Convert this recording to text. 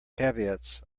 caveats